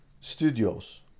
studios